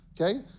Okay